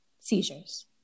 seizures